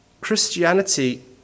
Christianity